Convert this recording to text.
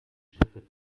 schiffe